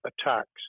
attacks